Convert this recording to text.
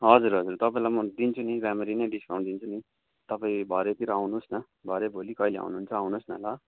हजुर हजुर तपाईँलाई म दिन्छु नि राम्ररी नै डिस्कउन्ट दिन्छु नि तपाईँ भरेतिर आउनुहोस् न भरे भोलि कहिले आउनुहुन्छ आउनुहोस् न ल